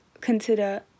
consider